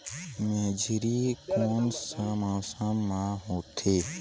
मेझरी कोन सा मौसम मां होथे?